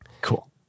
Cool